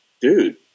dude